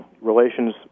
relations